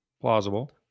Plausible